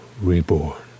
reborn